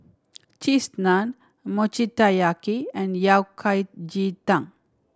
Cheese Naan Mochi Taiyaki and Yao Cai ji tang